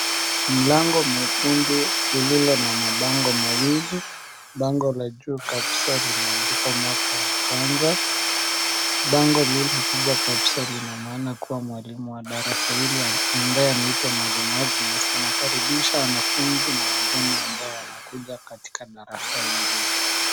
Mlango mwekundu lililo na mabango mawili. Bango la juu kabisa limeandikwa mwaka wa kwanza, bango hili ni kubwa kabisa lina maana kuwa mwalimu wa darasa hili, ambaye anaitwa mwalimu Agnes, anakaribisha wanafunzi na wageni ambao wanakuja katika darasa hili.